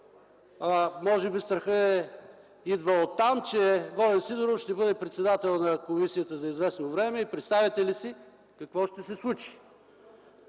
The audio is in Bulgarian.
може би страхът идва оттам, че Волен Сидеров ще бъде председател на комисията за известно време и представяте ли си какво ще се случи?!